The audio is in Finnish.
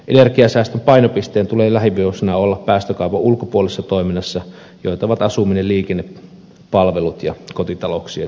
energiansäästön painopisteen tulee lähivuosina olla päästökaupan ulkopuolisessa toiminnassa jota ovat asuminen liikenne palvelut ja kotitalouksien kulutus